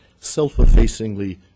self-effacingly